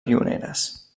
pioneres